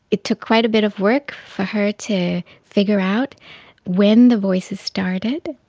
it took quite a bit of work for her to figure out when the voices started.